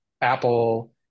Apple